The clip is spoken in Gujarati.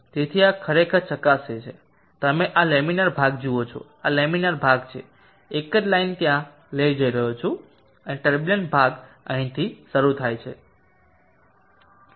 તેથી આ ખરેખર ચકાસે છે તમે આ લેમિનેર ભાગ જુઓ છો આ લેમિનર ભાગ છે એક જ લાઇન ત્યાં જઇ રહ્યો છે અને ટર્બુલન્ટ ભાગ અહીંથી શરૂ થાય છે